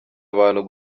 abantu